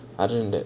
other than that